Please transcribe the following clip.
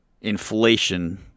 inflation